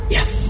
Yes